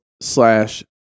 slash